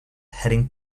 heading